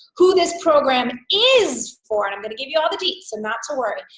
who this program is for i'm going to give you all the deets so not to worry.